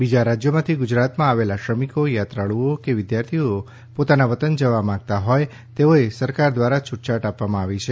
બીજા રાજ્યોમાંથી ગુજરાતમાં આવેલા શ્રમિકો યાત્રાળુઓ કે વિદ્યાર્થીઓ પોતાના વતન જવા માંગતા હોય તેઓને સરકાર દ્વારા છ્ટછાટ આપવામાં આવી છે